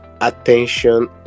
attention